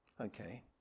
Okay